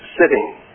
sitting